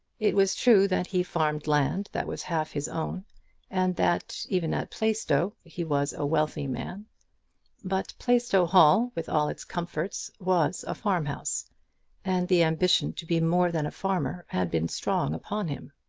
it was true that he farmed land that was half his own and that, even at plaistow, he was a wealthy man but plaistow hall, with all its comforts, was a farm-house and the ambition to be more than a farmer had been strong upon him.